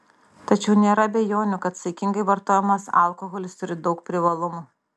tačiau nėra abejonių kad saikingai vartojamas alkoholis turi daug privalumų